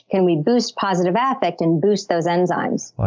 can we boost positive affect and boost those enzymes? well,